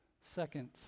Second